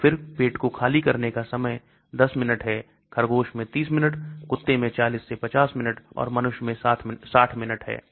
तो फिर पेट को खाली करने का समय 10 मिनट है खरगोश में 30 मिनट कुत्ते में 40 से 50 मिनट और मनुष्य में 60 मिनट है